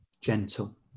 gentle